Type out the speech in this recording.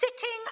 sitting